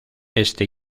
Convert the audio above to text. este